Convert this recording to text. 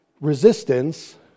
resistance